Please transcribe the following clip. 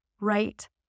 right